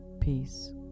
peace